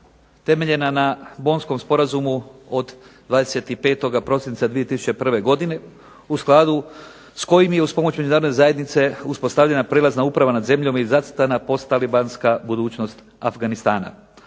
temeljena na Bonnskom sporazumu od 25. prosinca 2001. godine u skladu s kojim i uz pomoć Međunarodne zajednice uspostavljena prelazna uprava nad zemljom i zacrtana posttalibanska budućnost Afganistana.